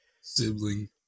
Sibling